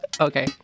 Okay